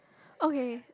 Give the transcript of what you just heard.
okay